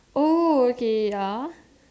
oh okay ya